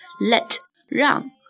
Let,让